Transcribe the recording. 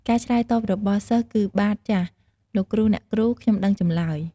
ការឆ្លើយតបរបស់សិស្សគឺ បាទ ចាស លោកគ្រូ អ្នកគ្រូ ខ្ញុំដឹងចម្លើយ។